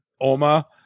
Oma